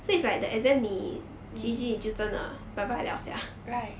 right